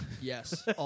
Yes